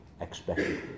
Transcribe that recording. expected